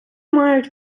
мають